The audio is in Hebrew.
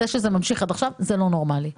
זה שזה ממשיך עד עכשיו זה לא נורמלי.